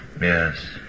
Yes